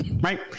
Right